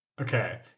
Okay